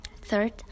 third